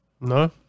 No